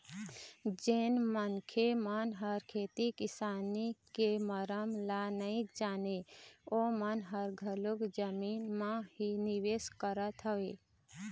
जेन मनखे मन ह खेती किसानी के मरम ल नइ जानय ओमन ह घलोक जमीन म ही निवेश करत हवय